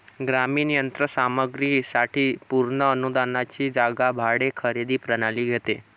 ग्रामीण यंत्र सामग्री साठी पूर्ण अनुदानाची जागा भाडे खरेदी प्रणाली घेते